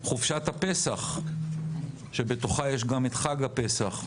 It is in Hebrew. חופשת הפסח שבתוכה יש גם את חג הפסח,